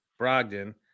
Brogdon